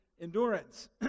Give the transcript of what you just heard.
endurance